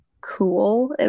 cool